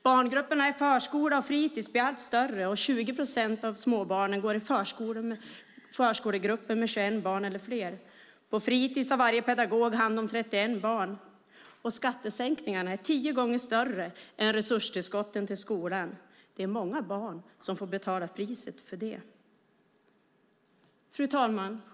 Barngrupperna i förskola och fritis blir allt större. 20 procent av småbarnen går i förskolegrupper med 21 barn eller fler. På fritis har varje pedagog hand om 31 barn. Och skattesänkningarna är tio gånger större än resurstillskotten till skolan. Det är många barn som får betala priset för det. Fru talman!